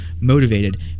motivated